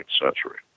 century